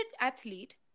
athlete